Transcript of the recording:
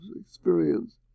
experience